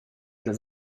las